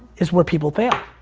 is where people fail.